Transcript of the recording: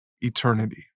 eternity